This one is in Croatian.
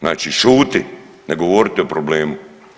Znači šuti, ne govorite o problemu.